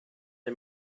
the